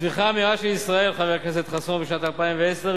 בשנת 2010,